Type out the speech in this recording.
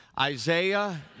Isaiah